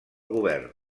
govern